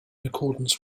accordance